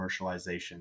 commercialization